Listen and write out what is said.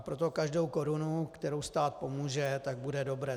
Proto každá koruna, kterou stát pomůže, tak bude dobrá.